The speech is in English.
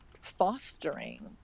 fostering